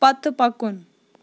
پتہٕ پَکُن